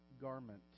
garment